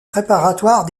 préparatoires